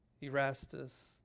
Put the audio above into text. Erastus